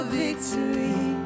victory